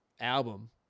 album